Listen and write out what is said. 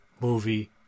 movie